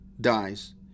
dies